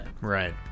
Right